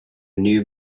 new